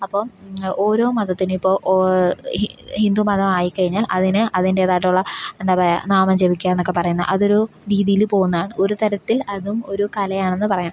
അപ്പം ഓരോ മതത്തിനിപ്പോൾ ഹിന്ദുമതമായിക്കഴിഞ്ഞാൽ അതിന് അതിന്റേതായിട്ടുള്ള എന്താ പറയുക നാമം ജപിക്കുകയെന്നൊക്കെ പറയുന്ന അതൊരു രീതിയിൽ പോകുന്നതാണ് ഒരു തരത്തിൽ അതും ഒരു കലയാണെന്ന് പറയാം